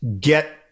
get